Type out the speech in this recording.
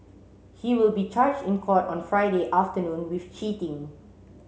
he will be charged in court on Friday afternoon with cheating